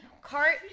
cart